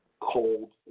Cold